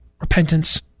repentance